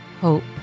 hope